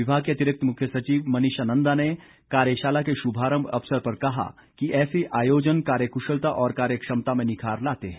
विभाग के अतिरिक्त मुख्य सचिव मनीषा नंदा ने कार्यशाला के शुभारंभ अवसर पर कहा कि ऐसे आयोजन कार्यकुशलता और कार्य क्षमता में निखार लाते हैं